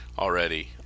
Already